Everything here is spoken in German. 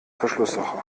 verschlusssache